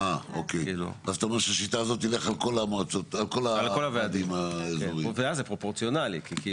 או שאם נלך על אחוז חסימה יותר מתון אז יש היגיון?